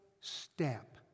step